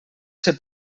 ser